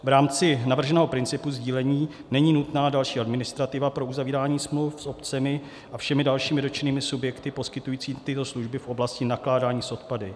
V rámci navrženého principu sdílení není nutná další administrativa pro uzavírání smluv s obcemi a všemi dalšími dotčenými subjekty poskytujícími tyto služby v oblasti nakládání s odpady.